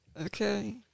Okay